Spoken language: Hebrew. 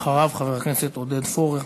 אחריו, חבר הכנסת עודד פורר.